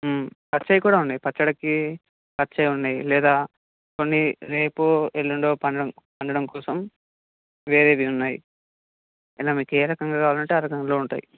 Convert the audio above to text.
పచ్చవి కూడా ఉన్నాయి పచ్చడికి పకచ్చివున్నాయి లేదా కొన్ని రేపు ఎల్లుండో పండడం పండడం కోసం వేరేవి ఉన్నాయి అయినా మీకేరకంగా కావాలంటే ఆ రకంలో ఉంటాయి